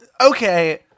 Okay